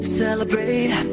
celebrate